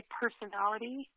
personality